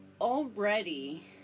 already